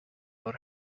our